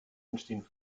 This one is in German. entstehen